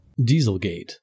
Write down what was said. Dieselgate